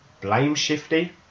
blame-shifty